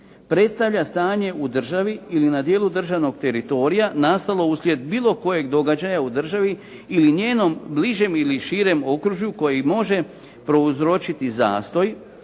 predstavlja stanje u državi ili na dijelu državnog teritorija nastalo uslijed bilo kojeg događaja u državi ili njenom bližem ili širem okružju koji može prouzročiti zastoj,